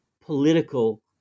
political